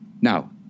Now